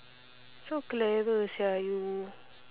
so clever sia you